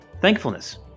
thankfulness